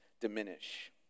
diminish